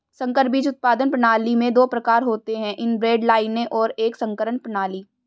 संकर बीज उत्पादन प्रणाली में दो प्रकार होते है इनब्रेड लाइनें और एक संकरण प्रणाली